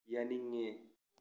ꯌꯥꯅꯤꯡꯏ